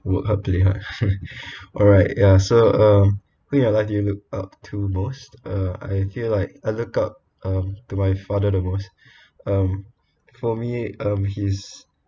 work hard play hard alright ya so uh who in your life do you look up to most uh and I feel like I look up um to my father the most um for me um he's